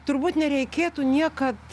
turbūt nereikėtų niekad